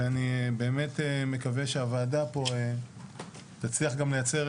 ואני באמת מקווה שהוועדה פה תצליח גם לייצר